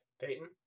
Peyton